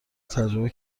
تجربه